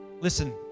Listen